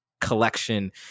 collection